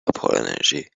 پرانرژی